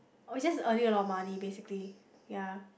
or is just earning a lot of money basically ya